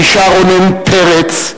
מישר רונן פרץ,